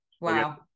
Wow